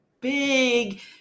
big